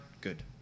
good